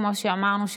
כמו שאמרנו,